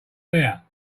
bare